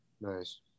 Nice